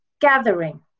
gathering